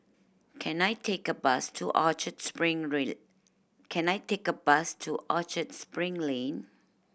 can I take a bus to Orchard Spring Lane